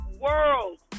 world